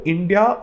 India